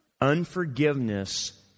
Unforgiveness